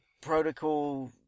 protocol